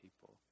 people